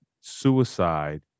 suicide